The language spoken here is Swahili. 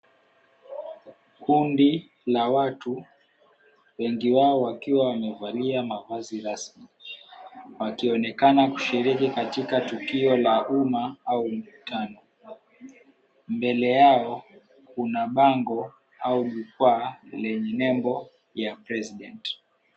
Kundi la watu, wengi wao wakiwa wamevalia mavazi rasmi, wakionekana kushiriki katika tukio la umma au mkutano, mbele yao kuna bango au jukwaa lenye nembo ya President .